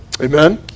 amen